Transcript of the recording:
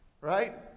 right